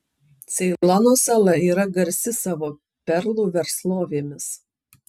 ceilono sala yra garsi savo perlų verslovėmis